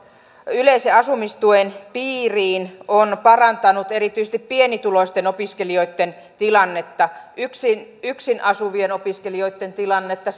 yleisen asumistuen piiriin on parantanut erityisesti pienituloisten opiskelijoitten tilannetta yksin yksin asuvien opiskelijoitten tilannetta